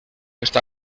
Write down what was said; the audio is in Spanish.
está